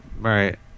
Right